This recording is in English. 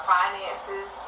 finances